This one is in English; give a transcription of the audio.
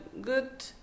good